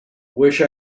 wish